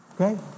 Okay